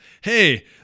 hey